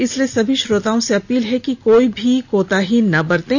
इसलिए सभी श्रोताओं से अपील है कि कोई भी कोताही ना बरतें